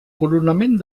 coronament